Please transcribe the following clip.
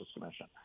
Commission